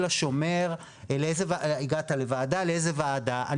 השומר אם הגעתי לוועדה ולאיזו וועדה הגעתי,